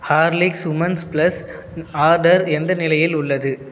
Horlicks women's plus order எந்த நிலையில் உள்ளது